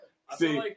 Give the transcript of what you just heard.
See